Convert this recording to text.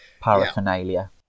paraphernalia